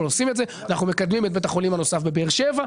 אנחנו מקדמים בית חולים נוסף בבאר שבע,